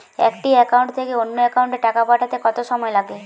একটি একাউন্ট থেকে অন্য একাউন্টে টাকা পাঠাতে কত সময় লাগে?